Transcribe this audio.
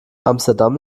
amsterdam